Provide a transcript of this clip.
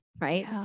right